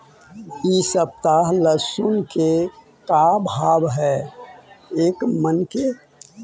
इ सप्ताह लहसुन के का भाव है एक मन के?